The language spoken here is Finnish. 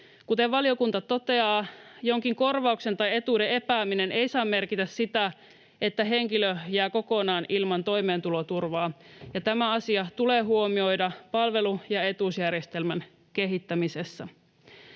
Kuten valiokunta toteaa, jonkin korvauksen tai etuuden epääminen ei saa merkitä sitä, että henkilö jää kokonaan ilman toimeentuloturvaa, ja tämä asia tulee huomioida palvelu- ja etuusjärjestelmän kehittämisessä.